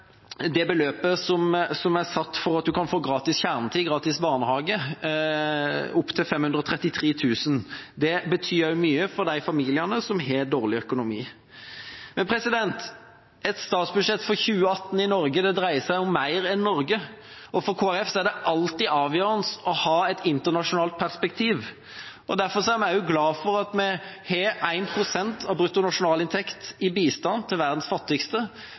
det beløpet som er satt for å få gratis kjernetid, gratis barnehage – opptil 533 000 kr. Det betyr også mye for familiene med dårlig økonomi. Et statsbudsjett for 2018 i Norge dreier seg om mer enn Norge. For Kristelig Folkeparti er det alltid avgjørende å ha et internasjonalt perspektiv. Derfor er vi glad for at vi har 1 pst. av brutto nasjonalinntekt i bistand til verdens fattigste,